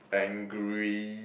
angry